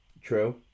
True